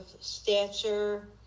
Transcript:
stature